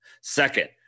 Second